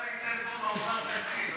היה לי טלפון מהאוצר, תקציב.